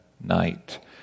night